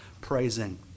praising